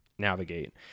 navigate